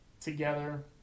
together